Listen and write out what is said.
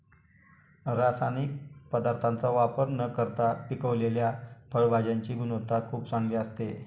रासायनिक पदार्थांचा वापर न करता पिकवलेल्या फळभाज्यांची गुणवत्ता खूप चांगली असते